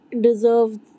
deserve